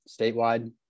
statewide